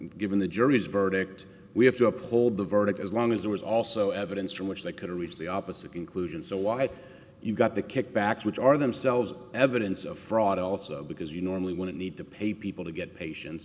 given the jury's verdict we have to uphold the verdict as long as there was also evidence from which they could reach the opposite conclusion so why have you got the kickbacks which are themselves evidence of fraud also because you normally wouldn't need to pay people to get patients